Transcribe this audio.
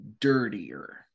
dirtier